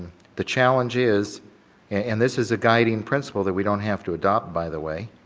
the challenge is and this is a guiding principle that we don't have to adapt by the way.